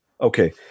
okay